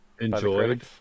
Enjoyed